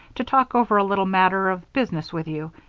to talk over a little matter of business with you.